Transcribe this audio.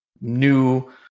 new